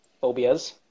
phobias